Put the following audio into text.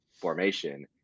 formation